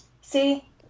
See